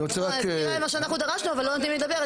מה שאנחנו דרשנו, אבל לא נותנים לי לדבר.